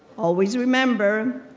always remember,